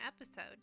episode